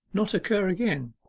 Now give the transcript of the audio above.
not occur again.